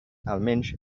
almenys